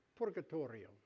Purgatorio